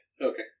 Okay